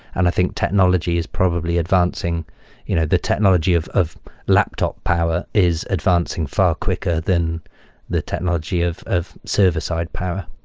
and i think technology is probably advancing you know the technology of of laptop power is advancing far quicker than the technology of server-side server-side power.